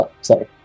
sorry